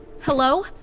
Hello